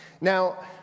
Now